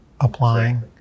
applying